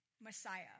Messiah